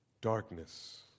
darkness